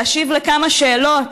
להשיב על כמה שאלות,